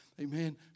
Amen